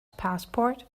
passport